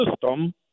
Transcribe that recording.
system